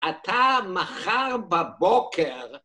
אתה מחר בבוקר